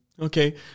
Okay